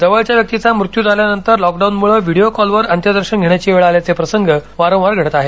जवळच्या व्यक्तीचा मृत्यू झाल्यानंतर लॉक डाऊनमुळे व्हिडीओ कॉलवर अंत्यदर्शन घेण्याची वेळ आल्याचे प्रसंग वारंवार घडत आहेत